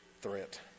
threat